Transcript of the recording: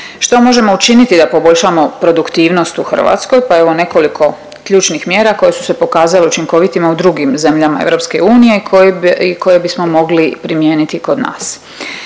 Što možemo učiniti da poboljšamo produktivnost u Hrvatskoj pa evo nekoliko ključnih mjera koje su se pokazale učinkovitima u drugim zemljama EU koje bismo mogli primijeniti kod nas.